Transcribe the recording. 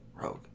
Rogue